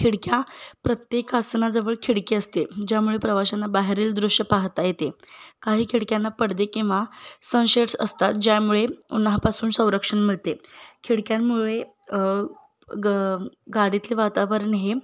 खिडक्या प्रत्येक आसनाजवळ खिडकी असते ज्यामुळे प्रवाशांना बाहेरील दृश्य पाहता येते काही खिडक्यांना पडदे किंवा सनशेड्स असतात ज्यामुळे उन्हापासून संरक्षण मिळते खिडक्यांमुळे ग गाडीतले वातावरण हे